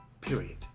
Period